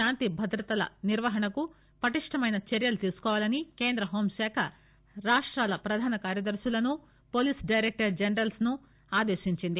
శాంతి భద్రతల నిర్వహణకు పటిష్టమైన చర్యలు తీసుకోవాలని కేంద్ర హోం శాఖ రాష్టాల ప్రధాన కార్యదర్తులను పోలీసు డైరక్షర్ జనరళ్ళను ఆదేశించింది